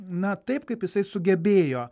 na taip kaip jisai sugebėjo